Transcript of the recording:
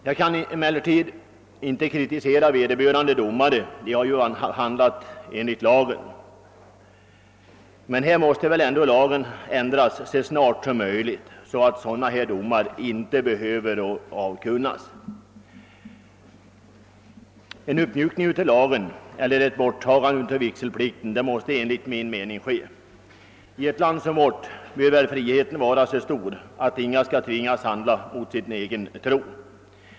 Jag kan inte kritisera vederbörande domare -— de handlar ju enligt lagen. Men lagen måste väl ändå ändras snarast möjligt, så att sådana här domar inte behöver avkunnas. En uppmjukning av iagen eller ett borttagande av vigselpiikten måste enligt min mening ske. I ett land som vårt bör väl friheten vara så stor att inga skall tvingas att handla mot sin egen tro.